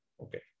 Okay